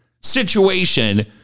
situation